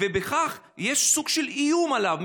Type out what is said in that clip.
יש בכך סוג של איום עליו,